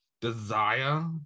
desire